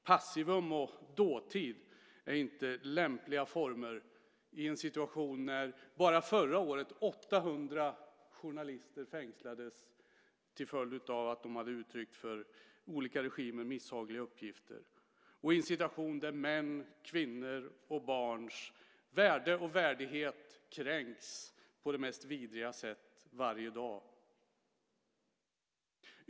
Passivum och dåtid är inte lämpliga former i en situation när 800 journalister bara förra året fängslades till följd av att de hade uttryckt för olika regimer misshagliga uppgifter och i en situation där mäns, kvinnors och barns värde och värdighet kränks på de mest vidriga sätt varje dag.